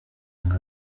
ngo